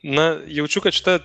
na jaučiu kad šita